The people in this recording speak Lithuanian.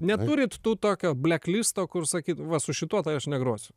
neturit tų tokio bleklisto kur sakyt va su šituo tai aš negrosiu